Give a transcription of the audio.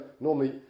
normally